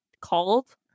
called